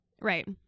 right